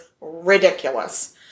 ridiculous